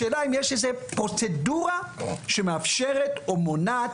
השאלה אם יש איזה פרוצדורה שמאפשרת או מונעת